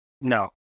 No